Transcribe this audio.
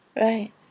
Right